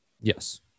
Yes